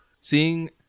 seeing